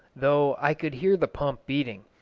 though i could hear the pump beating.